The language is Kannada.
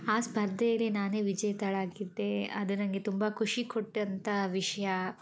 ಆ ಸ್ಪರ್ಧೆಲಿ ನಾನೇ ವಿಜೇತಳಾಗಿದ್ದೆ ಅದು ನನಗೆ ತುಂಬ ಖುಷಿ ಕೊಟ್ಟಂತ ವಿಷಯ